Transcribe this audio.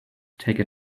take